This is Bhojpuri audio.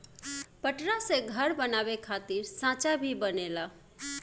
पटरा से घर बनावे खातिर सांचा भी बनेला